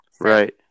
Right